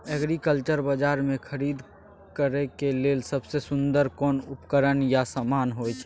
Agriculture बाजार में खरीद करे के लेल सबसे सुन्दर कोन उपकरण या समान होय छै?